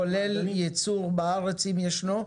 כולל ייצור בארץ אם ישנו?